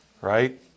right